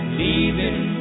leaving